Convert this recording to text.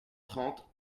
trente